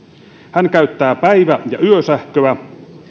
hän käyttää päivä ja yösähköä